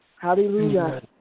Hallelujah